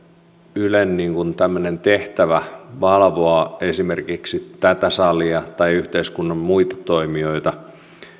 ylen tämmöinen tehtävä valvoa esimerkiksi tätä salia tai yhteiskunnan muita toimijoita